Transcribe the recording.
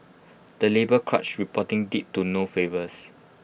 the labour crunch reporting did to no favours